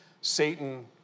Satan